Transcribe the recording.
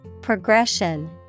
Progression